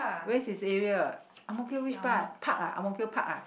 where's this area Ang-Mo-Kio which part park ah Ang-Mo-Kio park ah